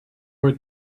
were